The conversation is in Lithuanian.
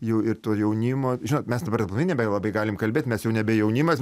jau ir to jaunimo žinot mes dabar nebelabai galim kalbėt mes jau nebe jaunimas